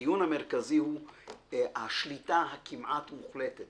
הדיון המרכזי הוא השליטה הכמעט מוחלטת